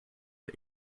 the